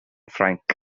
ffrainc